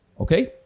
Okay